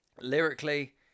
lyrically